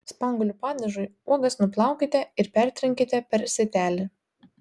spanguolių padažui uogas nuplaukite ir pertrinkite per sietelį